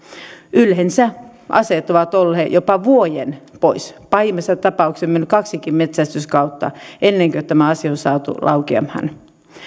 yleensä aseet ovat olleet jopa vuoden pois pahimmassa tapauksessa on mennyt kaksikin metsästyskautta ennen kuin tämä asia on saatu laukeamaan